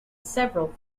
several